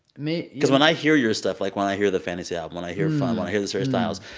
maybe because when i hear your stuff, like, when i hear the fantasy album, when i hear fun, when i hear this harry styles,